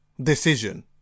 decision